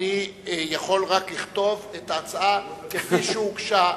אני יכול רק לכתוב את ההצעה כפי שהוגשה.